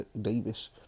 Davis